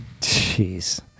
Jeez